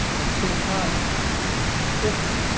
at the same time if